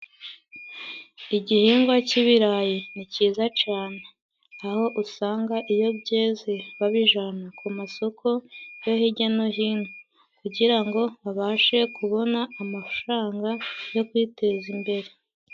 Igihingwa cy'ibirayi ni cyiza cane. Aho usanga iyo byeze babijana ku masoko yo hirya no hino, kugira ngo babashe kubona amafaranga yo kwiteza imbere.